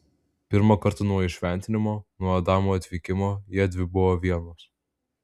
pirmą kartą nuo įšventinimo nuo adamo atvykimo jiedvi buvo vienos